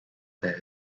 there